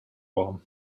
warm